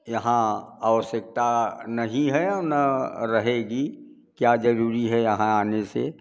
यहाँ आवश्यकता नहीं है और न रहेगी क्या जरूरी है यहाँ आने से